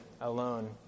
alone